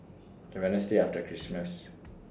The Wednesday after Christmas